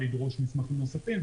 לדרוש מסמכים נוספים.